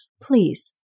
please